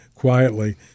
quietly